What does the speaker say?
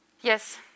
Yes